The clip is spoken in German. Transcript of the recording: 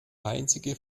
einzige